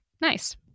nice